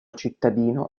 cittadino